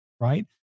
right